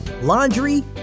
laundry